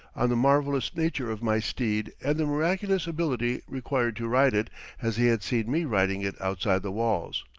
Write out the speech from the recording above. on the marvellous nature of my steed and the miraculous ability required to ride it as he had seen me riding it outside the walls.